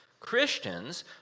Christians